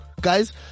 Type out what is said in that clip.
guys